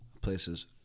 places